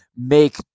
make